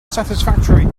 satisfactory